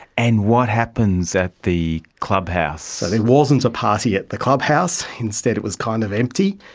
and what happens at the clubhouse? and it wasn't a party at the clubhouse, instead it was kind of empty,